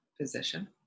position